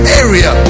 area